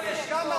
ויסקונסין.